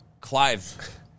Clive